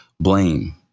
blame